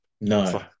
No